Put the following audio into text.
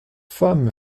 femme